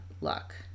luck